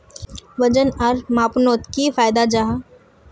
वजन आर मापनोत की फायदा जाहा?